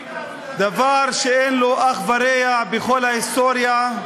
דבר שאין לו אח ורע בכל ההיסטוריה.